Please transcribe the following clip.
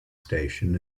station